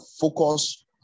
focus